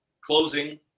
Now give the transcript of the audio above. closing